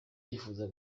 yifuza